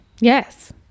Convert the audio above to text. Yes